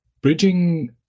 bridging